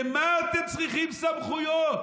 למה אתם צריכים סמכויות?